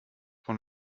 von